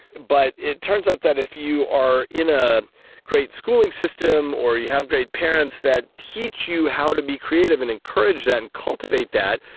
but it turns out that if you are in a great schooling system or you have great parents that teach you how to creative and encourage that and cultivate that,